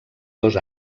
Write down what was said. dos